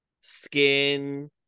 skin